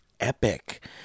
epic